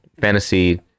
Fantasy